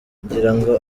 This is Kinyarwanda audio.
ngirango